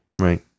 right